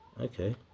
Okay